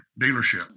dealership